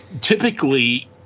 typically